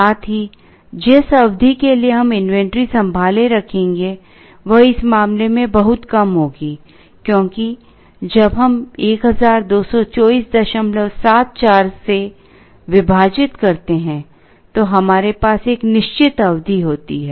साथ ही जिस अवधि के लिए हम इन्वेंट्री संभाले रखेंगे वह इस मामले में बहुत कम होगी क्योंकि जब हम 122474 से विभाजित करते हैं तो हमारे पास एक निश्चित अवधि होती है